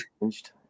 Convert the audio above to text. changed